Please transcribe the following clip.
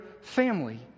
family